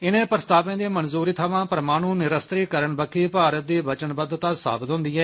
इनें प्रस्तावें दी मंजूरी थमां परमाणु निरस्त्रीकरण बक्खी भारत दी वचनबद्वता साबत होंदी ऐ